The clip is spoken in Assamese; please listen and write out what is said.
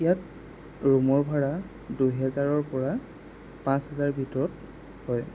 ইয়াত ৰূমৰ ভাড়া দুহেজাৰৰ পৰা পাঁচ হেজাৰ ভিতৰত হয়